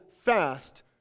fast